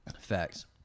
Facts